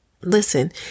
Listen